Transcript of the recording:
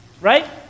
right